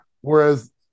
Whereas